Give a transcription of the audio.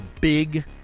big